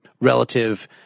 relative